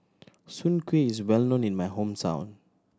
Soon Kuih is well known in my hometown